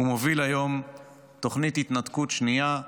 הוא מוביל היום תוכנית התנתקות שנייה: